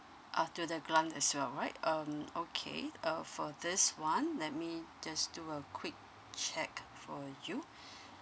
up to the grant as well right um okay uh for this [one] let me just do a quick check for you